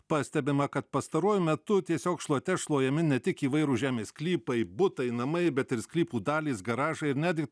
pastebima kad pastaruoju metu tiesiog šluote šluojami ne tik įvairūs žemės sklypai butai namai bet ir sklypų dalys garažai ir netgi